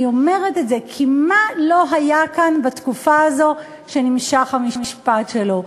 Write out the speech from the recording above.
אני אומרת את זה כי מה לא היה כאן בתקופה הזו שנמשך המשפט שלו?